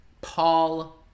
Paul